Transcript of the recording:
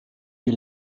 wie